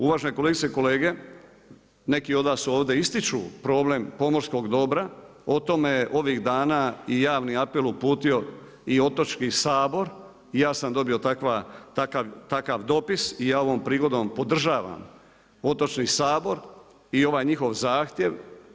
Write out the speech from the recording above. Uvažene kolegice i kolege, neki od vas su ovdje, ističu problem pomorskog dobra, o tome ovih dana i javni apel uputio i Otočki sabor, ja sam dobio takav dopis i ja ovom prigodom podržavam Otočni sabor i ovaj njihov zahtjev.